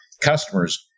customers